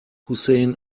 hussein